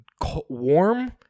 warm